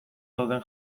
dauden